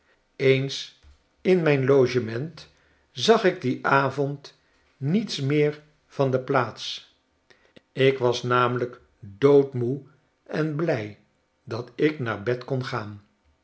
eens in mijn logement zag ik dien avond niets meer van de plaats ik was namelijk doodmoe en blij dat ik naar bed kon gaan